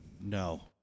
No